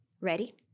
Ready